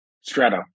strato